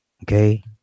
Okay